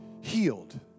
healed